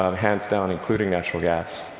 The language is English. um hands down, including natural gas.